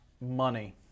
Money